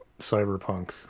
cyberpunk